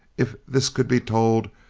if this could be told,